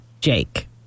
Jake